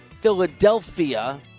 Philadelphia